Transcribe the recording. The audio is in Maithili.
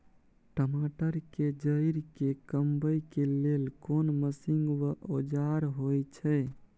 टमाटर के जईर के कमबै के लेल कोन मसीन व औजार होय छै?